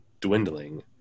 dwindling